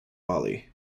bali